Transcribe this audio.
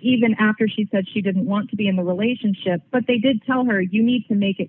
even after she said she didn't want to be in a relationship but they did tell her you need to make it